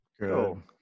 Cool